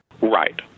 Right